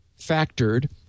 factored